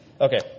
Okay